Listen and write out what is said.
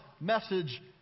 message